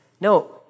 no